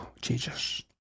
Jesus